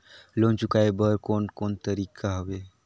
Loan चुकाए बर कोन कोन तरीका हवे?